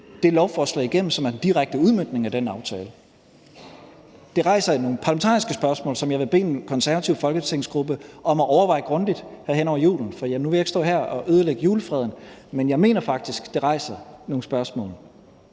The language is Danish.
det lovforslag, som er en direkte udmøntning af den aftale, igennem? Det rejser nogle parlamentariske spørgsmål, som jeg vil bede den konservative folketingsgruppe om at overveje grundigt her hen over julen. Og nu vil jeg ikke stå her og ødelægge julefreden, men jeg mener faktisk, at det rejser nogle spørgsmål.